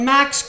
Max